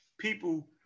people